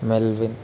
melvin